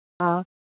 ꯑꯥ